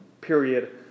period